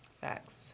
Facts